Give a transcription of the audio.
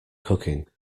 cooking